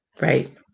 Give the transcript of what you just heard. Right